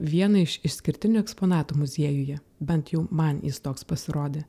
vieną iš išskirtinių eksponatų muziejuje bent jau man jis toks pasirodė